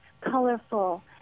colorful